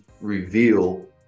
reveal